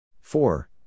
four